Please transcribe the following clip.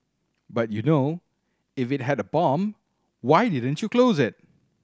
but you know if it had a bomb why didn't you close it